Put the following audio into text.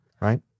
right